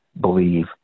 believe